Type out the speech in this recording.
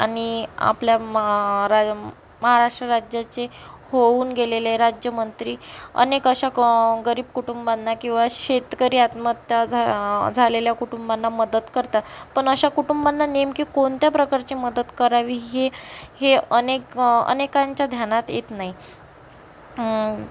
आपल्या माराय महाराष्ट्र राज्याचे होऊन गेलेले राज्यमंत्री अनेक अशा गरीब कुटुंबांना किंवा शेतकरी आत्महत्या झा झालेल्या कुटुंबांना मदत करतात पण अशा कुटुंबांना नेमकी कोणत्या प्रकारची मदत करावी हे हे अनेक अनेकांच्या ध्यानात येत नाही